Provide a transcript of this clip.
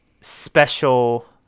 special